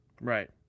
Right